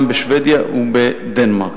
גם בשבדיה ובדנמרק.